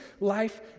life